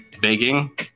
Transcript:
baking